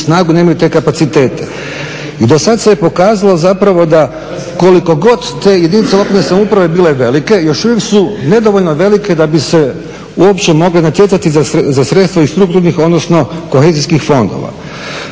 tu snagu, nemaju te kapacitete. I do sad se je pokazalo zapravo da koliko god te jedinice lokalne samouprave bile velike još uvijek su nedovoljno velike da bi se uopće mogle natjecati za sredstva iz strukturnih, odnosno kohezijskih fondova.